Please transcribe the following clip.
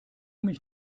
mich